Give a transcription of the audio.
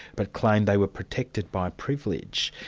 but claimed they were protected by privilege.